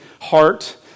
heart